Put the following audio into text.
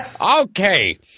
Okay